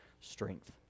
strength